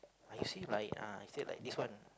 I see like ah I said like this one